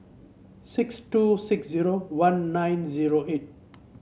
six two six zero one nine zero eight